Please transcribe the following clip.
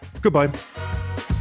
goodbye